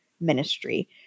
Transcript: ministry